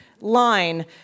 line